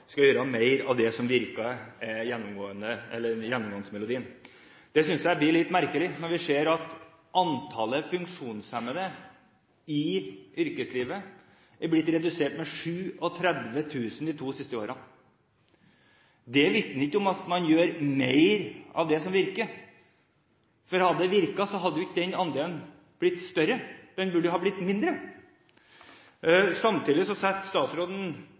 gjennomgangsmelodien. Det synes jeg blir litt merkelig når vi ser at antallet funksjonshemmede i yrkeslivet er blitt redusert med 37 000 de to siste årene. Det vitner ikke om at man gjør mer av det som virker, for hadde det virket, ville jo ikke den andelen blitt større – den burde ha blitt mindre. Samtidig setter statsråden